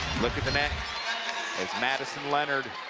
at the net is madison leonard